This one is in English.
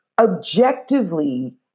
objectively